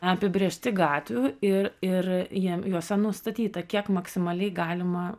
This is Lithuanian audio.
apibrėžti gatvių ir ir jiem juose nustatyta kiek maksimaliai galima